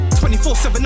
24-7